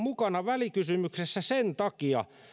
mukana välikysymyksessä sen takia